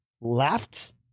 left